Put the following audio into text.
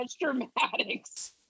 dramatics